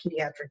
pediatric